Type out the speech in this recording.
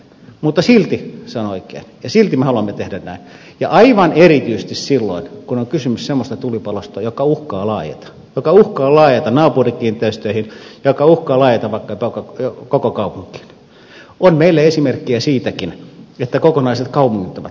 mutta silti se on oikein ja silti me haluamme tehdä näin ja aivan erityisesti silloin kun on kysymys semmoisesta tulipalosta joka uhkaa laajeta joka uhkaa laajeta naapurikiinteistöihin joka uhkaa laajeta vaikka koko kaupunkiin on meillä esimerkkejä siitäkin että kokonaiset kaupungit ovat palaneet